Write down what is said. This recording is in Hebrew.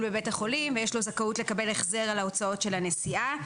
בבית החולים ויש לו זכאות לקבל החזר על ההוצאות של הנסיעה,